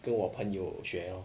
跟我朋友学 lor